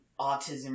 autism